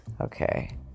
Okay